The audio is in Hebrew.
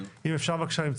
טוב, צריך לבדוק.